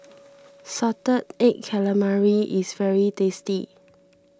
Salted Egg Calamari is very tasty